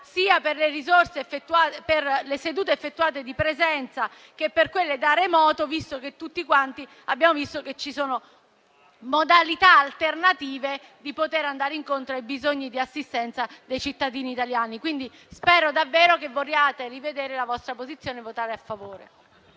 sia per le sedute effettuate in presenza che per quelle da remoto, dal momento che tutti quanti abbiamo visto che ci sono modalità alternative per poter andare incontro ai bisogni di assistenza dei cittadini italiani. Spero davvero che vogliate rivedere la vostra posizione e votare a favore